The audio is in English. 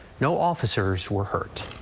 no officers were hurt.